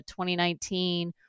2019